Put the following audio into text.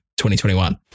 2021